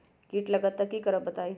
कीट लगत त क करब बताई?